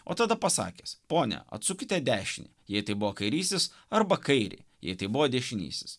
o tada pasakęs ponia atsukite dešinį jei tai buvo kairysis arba kairį jei tai buvo dešinysis